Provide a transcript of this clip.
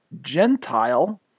Gentile